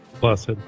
Blessed